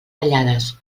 ratllades